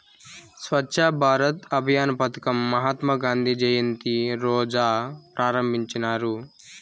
స్వచ్ఛ భారత్ అభియాన్ పదకం మహాత్మా గాంధీ జయంతి రోజా ప్రారంభించినారు